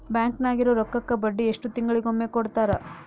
Bank ನಾಗಿರೋ ರೊಕ್ಕಕ್ಕ ಬಡ್ಡಿ ಎಷ್ಟು ತಿಂಗಳಿಗೊಮ್ಮೆ ಕೊಡ್ತಾರ?